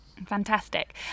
Fantastic